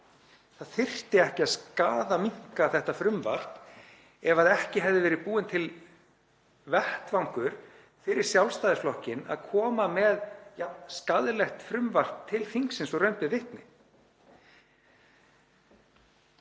Það þyrfti ekki að skaðaminnka þetta frumvarp ef ekki hefði verið búinn til vettvangur fyrir Sjálfstæðisflokkinn að koma með jafn skaðlegt frumvarp til þingsins og raun ber vitni.